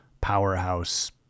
powerhouse